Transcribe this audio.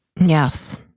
Yes